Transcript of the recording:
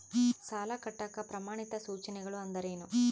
ಸಾಲ ಕಟ್ಟಾಕ ಪ್ರಮಾಣಿತ ಸೂಚನೆಗಳು ಅಂದರೇನು?